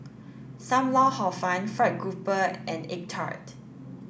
Sam Lau Hor Fun fried grouper and egg tart